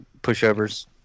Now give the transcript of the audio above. pushovers